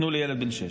נתנו לילד בן שש.